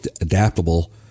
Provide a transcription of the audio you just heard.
adaptable